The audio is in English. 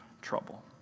trouble